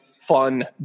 fun